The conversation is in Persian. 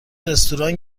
رستوران